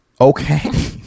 Okay